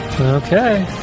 Okay